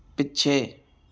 ਪਿੱਛੇ